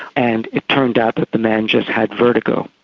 and it turned out that the man just had vertigo.